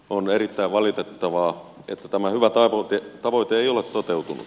on erittäin valitettavaa että tämä hyvä tavoite ei ole toteutunut